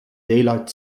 daylight